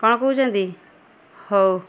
କ'ଣ କହୁଛନ୍ତି ହଉ